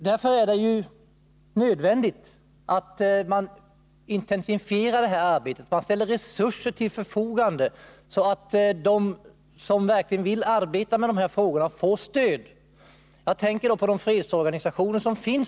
Därför är det nödvändigt att intensifiera detta arbete och ställa resurser till förfogande, så att de fredsorganisationer som finns i Sverige och som verkligen vill arbeta med dessa frågor får stöd.